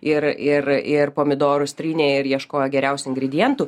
ir ir ir pomidorus trynė ir ieškojo geriausių ingredientų